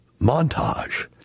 montage